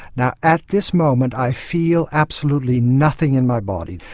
now at this moment i feel absolutely nothing in my body,